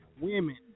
Women